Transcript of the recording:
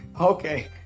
okay